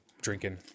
Drinking